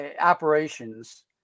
operations